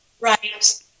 right